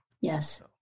Yes